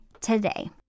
today